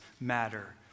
matter